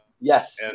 Yes